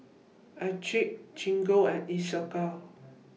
Accucheck Gingko and Isocal